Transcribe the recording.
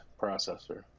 processor